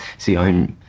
see, owen